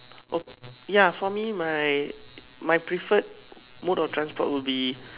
oh ya for me my my preferred mode of transport will be